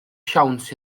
siawns